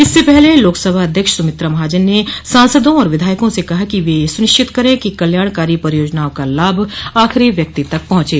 इससे पहले लोकसभाध्यक्ष सुमित्रा महाजन ने सांसदों और विधायकों से कहा कि वे यह सुनिश्चित करें कि कल्याणकारी परियोजनाओं का लाभ आखिरी व्यक्ति तक पहुंचे